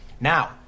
Now